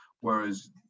whereas